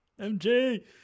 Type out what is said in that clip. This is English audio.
MJ